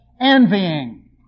envying